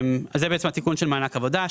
זה בעצם התיקון של מענק העבודה.